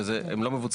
והן לא מבוצעות.